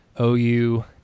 OU